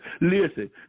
Listen